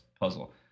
puzzle